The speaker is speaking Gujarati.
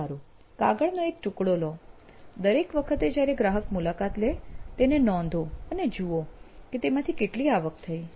વારું કાગળનો એક ટુકડો લો દરેક વખતે જયારે ગ્રાહક મુલાકાત લે તેને નોંધો અને જુઓ કે તેમાંથી કેટલી આવક થયી